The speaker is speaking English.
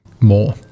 more